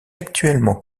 actuellement